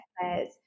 players